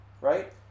right